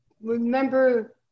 remember